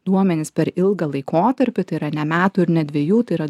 duomenys per ilgą laikotarpį tai yra ne metų ir ne dviejų tai yra